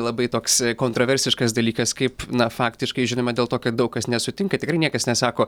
labai toks kontroversiškas dalykas kaip na faktiškai žinoma dėl to kad daug kas nesutinka tikrai niekas nesako